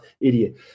idiot